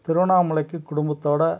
திருவண்ணாமலைக்கு குடும்பத்தோடு